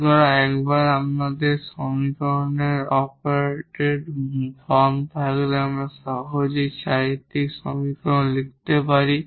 সুতরাং একবার আমাদের সমীকরণের অপারেটেড ফর্ম থাকলে আমরা সহজেই চারিত্রিক সমীকরণ লিখতে পারি